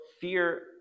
fear